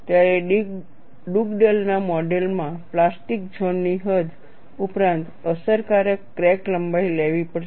તમારે ડુગડેલના model Dugdale's modelમાં પ્લાસ્ટિક ઝોન ની હદ ઉપરાંત અસરકારક ક્રેક લંબાઈ લેવી પડશે